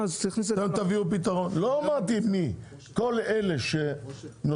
הנחה ורוצים שזה יהיה 50% - זה דבר נכון,